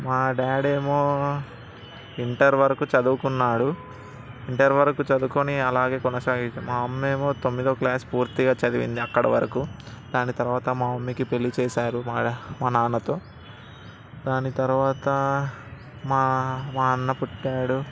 మా డాడ్ ఏమో ఇంటర్ వరకు చదువుకున్నాడు ఇంటర్ వరకు చదువుకుని అలాగే కొనసాగి మా అమ్మేమో తొమ్మిదో క్లాస్ పూర్తిగా చదివింది అక్కడ వరకు దాని తరువాత మా మమ్మీకి పెళ్లి చేసారు మా డాడ్ మా నాన్నతో దాని తర్వాత మా మా అన్న పుట్టాడు